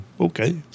okay